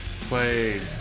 played